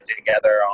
together